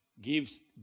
gives